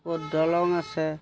ক'ত দলং আছে